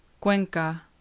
Cuenca